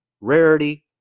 rarity